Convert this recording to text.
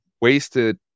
wasted